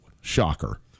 shocker